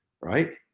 right